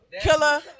Killer